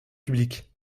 public